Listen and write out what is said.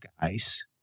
guys